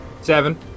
Seven